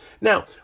Now